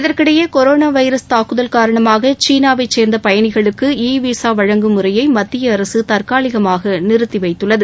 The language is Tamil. இதற்கிடையே கொரோனா வைரஸ் தாக்குதல் காரணமாக சீனாவை சேர்ந்த பயணிகளுக்கு இ விசா வழங்கும் முறையை மத்திய அரசு தற்காலிகமாக நிறுத்தி வைத்துள்ளது